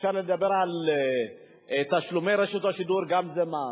אפשר לדבר על זה שתשלומי רשות השידור זה גם מס.